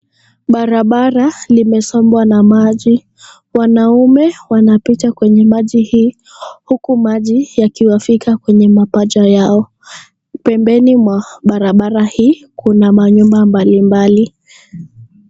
Barabara limesombwa na maji, wanaume wanapita kwenye maji hii huku maji yakiwafika kwenye mapaja yao. Pembeni mwa barabara hii kuna nyumba mbalimbali.